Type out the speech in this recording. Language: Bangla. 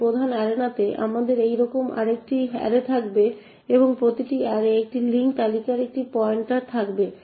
তাই প্রধান অ্যারেনাতে আমাদের এইরকম একটি অ্যারে থাকবে এবং প্রতিটি অ্যারে একটি লিঙ্ক তালিকার একটি পয়েন্টার থাকবে